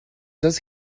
does